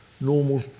normal